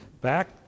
back